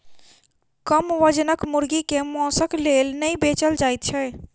कम वजनक मुर्गी के मौंसक लेल नै बेचल जाइत छै